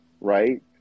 right